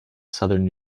southern